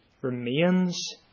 remains